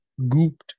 gooped